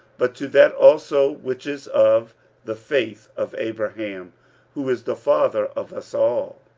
but to that also which is of the faith of abraham who is the father of us all,